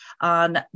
on